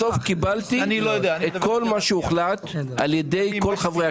בסוף קיבלתי את כל מה שהוחלט על ידי כל חברי